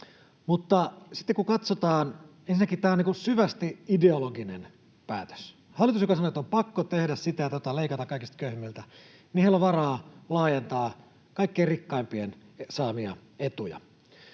hyvin pieniä. Ensinnäkin tämä on syvästi ideologinen päätös. Hallituksella, joka sanoo, että on pakko tehdä sitä ja tätä, leikata kaikista köyhimmiltä, on varaa laajentaa kaikkein rikkaimpien saamia etuja.